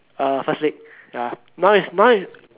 uh first leg ya now is now is